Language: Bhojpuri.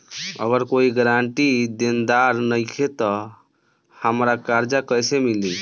अगर कोई गारंटी देनदार नईखे त हमरा कर्जा कैसे मिली?